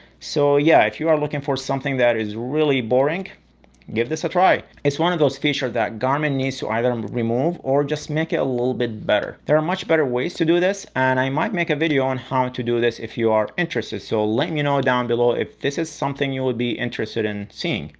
so yeah, if you are looking for something that is really boring give this a try. it's one of those feature that garmin needs to either um remove or just make it a little bit better. there are much better ways to do this, and i might make a video on how to do this if you are interested. so let me know down below if this is something you'll be interested in seeing.